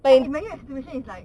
err imagine the situation is like